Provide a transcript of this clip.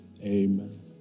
amen